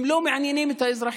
הם לא מעניינים את האזרחים.